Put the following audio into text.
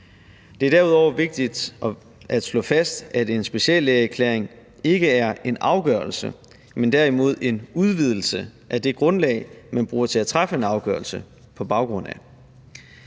Det er derudover vigtigt at slå fast, at en speciallægeerklæring ikke er en afgørelse, men derimod en udvidelse af det grundlag, man bruger til at træffe en afgørelse på baggrund af.